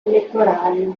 elettorali